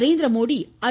Narendra Modi ஐ